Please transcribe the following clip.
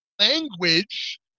language